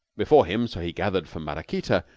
before him, so he gathered from maraquita,